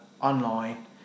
Online